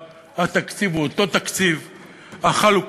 זה אומר לשלוט באוצרות הטבע שקיימים